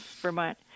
Vermont